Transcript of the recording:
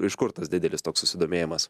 iš kur tas didelis toks susidomėjimas